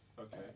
Okay